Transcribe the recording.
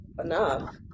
enough